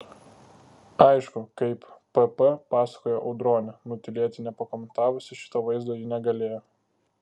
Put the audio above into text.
aišku kaip pp pasakojo audronė nutylėti nepakomentavusi šito vaizdo ji negalėjo